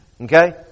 Okay